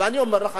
אני אומר לך,